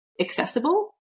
accessible